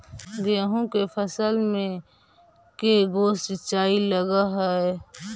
गेहूं के फसल मे के गो सिंचाई लग हय?